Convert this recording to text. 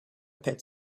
pet